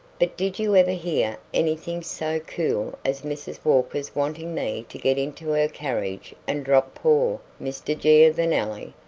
but did you ever hear anything so cool as mrs. walker's wanting me to get into her carriage and drop poor mr. giovanelli,